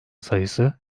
sayısı